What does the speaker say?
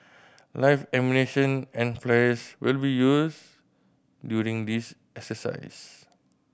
live ammunition and flares will be used during these exercise